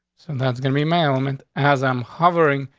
and that's gonna be my ailment. as i'm hovering,